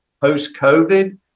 post-COVID